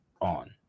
on